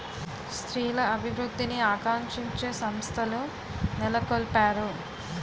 స్త్రీల అభివృద్ధిని ఆకాంక్షించే సంస్థలు నెలకొల్పారు